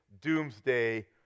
doomsday